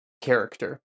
character